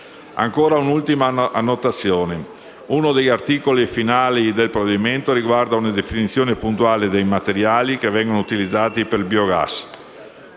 regole. Un'ultima annotazione. Uno degli articoli finali del provvedimento riguarda una definizione puntuale dei materiali che vengono utilizzati per il biogas,